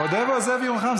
מודה ועוזב ירוחם.